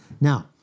Now